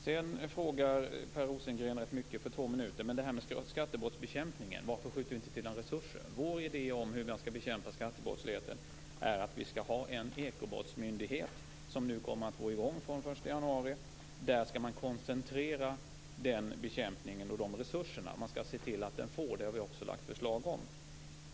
Sedan frågar Per Rosengren rätt mycket på två minuter, men låt oss ta det här med skattebrottsbekämpningen och varför vi inte skjuter till resurser. Vår idé om hur man skall bekämpa skattebrottsligheten är att vi skall ha en ekobrottsmyndighet, och en sådan kommer nu i gång den 1 januari. Där skall man koncentrera denna bekämpning och dessa resurser. Man skall se till att den får resurser. Det har vi också lagt fram förslag om.